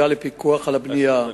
לשאול: 1. מה היא המטרה בהצבת המחסומים?